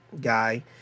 guy